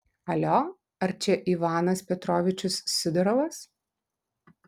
alio ar čia ivanas petrovičius sidorovas